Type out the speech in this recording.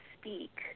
speak